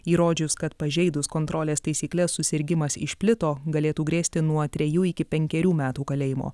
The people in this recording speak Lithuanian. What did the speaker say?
įrodžius kad pažeidus kontrolės taisykles susirgimas išplito galėtų grėsti nuo trejų iki penkerių metų kalėjimo